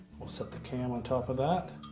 we'll set the cam on top of that.